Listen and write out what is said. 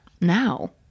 now